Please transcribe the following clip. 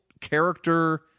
character